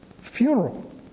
Funeral